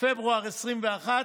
פברואר 2021,